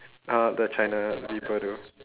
uh the china people do